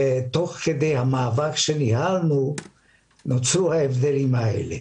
ותוך כדי המאבק שניהלנו נוצרו ההבדלים האלה.